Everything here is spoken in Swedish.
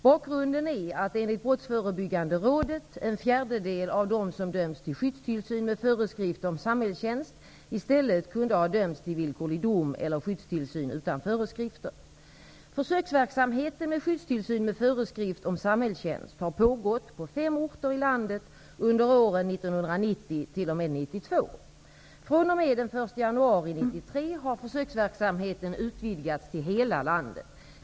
Bakgrunden är att enligt Brottsförebyggande rådet en fjärdedel av de som dömts till skyddstillsyn med föreskrift om samhällstjänst i stället kunde ha dömts till villkorlig dom eller skyddstillsyn utan föreskrifter. Försöksverksamhet med skyddstillsyn med föreskrift om samhällstjänst har pågått på fem orter i landet under åren 1990--1992. fr.o.m. den 1 januari 1993 har försöksverksamheten utvidgats till att omfatta hela landet.